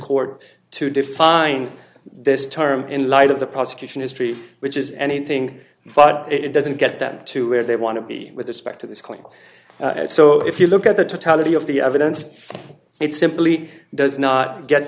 court to define this term in light of the prosecution history which is anything but it doesn't get them to where they want to be with respect to this claim so if you look at the totality of the evidence it simply does not get